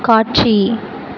காட்சி